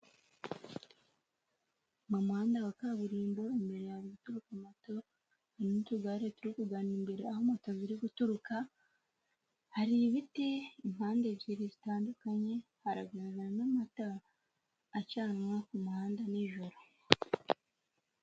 Mu muhanda wa kaburimbo imbere ya guturuka mato imi nduga yaru kugana imbere aho moto ziri guturuka hari ibiti impande ebyiri zitandukanye haragaragara n'amatara acanwa ku muhanda n'ijoro.